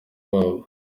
babo